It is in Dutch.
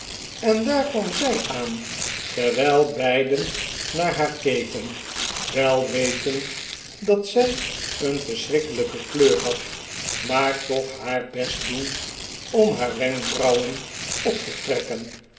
en daar kwam zij aan terwijl beiden naar haar keken wel wetend dat zij een verschrikkelijke kleur had maar toch haar best doend om haar wenkbrauwen op te trekken